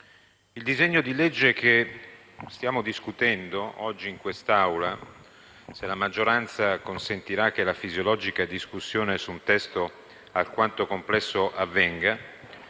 il disegno di legge che stiamo discutendo oggi in quest'Aula - se la maggioranza consentirà che la fisiologica discussione su un testo alquanto complesso avvenga